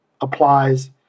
applies